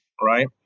right